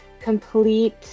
complete